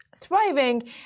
thriving